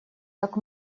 так